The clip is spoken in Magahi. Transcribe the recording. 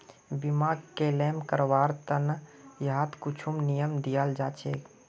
बीमाक क्लेम करवार त न यहात कुछु नियम दियाल जा छेक